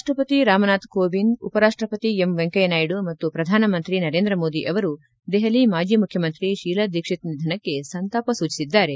ರಾಷ್ಷಪತಿ ರಾಮನಾಥ್ ಕೋವಿಂದ್ ಉಪರಾಷ್ಷಪತಿ ಎಂ ವೆಂಕಯ್ಯನಾಯ್ಡು ಮತ್ತು ಪ್ರಧಾನಮಂತ್ರಿ ನರೇಂದ್ರ ಮೋದಿ ಅವರು ದೆಹಲಿ ಮಾಜಿ ಮುಖ್ಯಮಂತ್ರಿ ಶೀಲಾ ದೀಕ್ಷಿತ್ ನಿಧನಕ್ಕೆ ಸಂತಾಪ ಸೂಚಿಸಿದ್ದಾರೆ